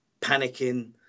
panicking